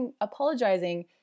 apologizing